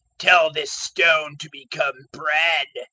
tell this stone to become bread.